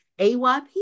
AYP